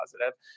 positive